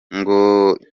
nyogokuru